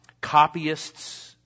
copyists